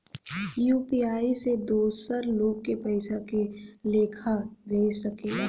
UPI से दोसर लोग के पइसा के लेखा भेज सकेला?